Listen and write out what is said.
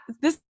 this-